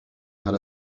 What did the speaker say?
had